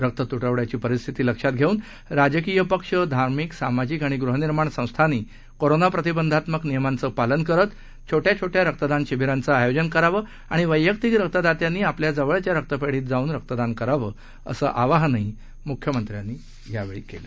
रक्त तूटवड्याची परिस्थिती लक्षात घेऊन राजकीय पक्ष धार्मिक सामाजिक आणि गृहनिर्माण संस्थांनी कोरोना प्रतिबंधात्मक नियमांचं पालन करत छोट्या छोट्या रक्तदान शिबीरांचं आयोजन करावं आणि वैयक्तिक रक्तदात्यांनी आपल्या जवळच्या रक्तपेढीत जाऊन रक्तदान करावं असं आवाहनही म्ख्यमंत्र्यांनी यावेळी केलं